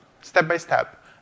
step-by-step